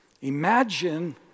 Imagine